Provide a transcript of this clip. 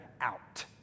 out